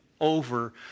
over